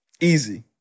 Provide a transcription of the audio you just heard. Easy